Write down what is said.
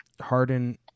harden